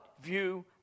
view